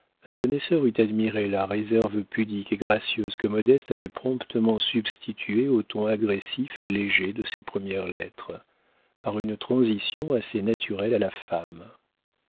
un connaisseur eût admiré la réserve pudique et gracieuse que modeste avait promptement substituée au ton agressif et léger de ses premières lettres par une transition assez naturelle à la femme